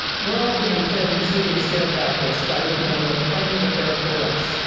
we are all being fed misleading scare tactics by uber and life claiming that they are for us.